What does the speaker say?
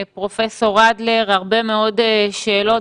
הרבה מאוד שאלות,